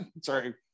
Sorry